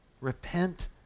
Repent